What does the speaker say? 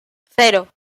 cero